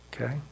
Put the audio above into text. okay